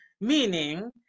meaning